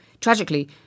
Tragically